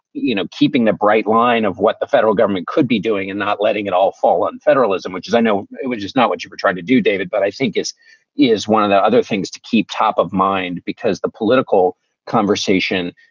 you know, keeping the bright line of what the federal government could be doing and not letting it all fall on federalism, which as i know it would just not what you were trying to do, david. but i think this is one of the other things to keep top of mind, because the political conversation,